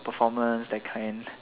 performance that kind